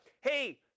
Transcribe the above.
hey